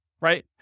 right